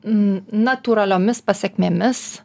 natūraliomis pasekmėmis